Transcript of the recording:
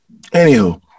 Anywho